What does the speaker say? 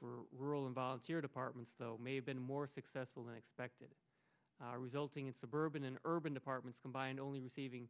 for rural and volunteer departments though may have been more successful than expected resulting in suburban and urban departments combined only receiving